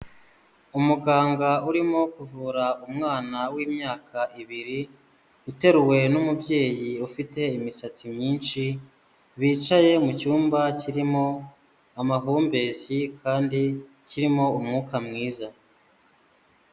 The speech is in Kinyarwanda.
Umuganga urimo kuvura umwana w'imyaka ibiri, uteruwe n'umubyeyi ufite imisatsi myinshi, bicaye mu cyumba kirimo amahumbezi, kandi kirimo umwuka mwiza.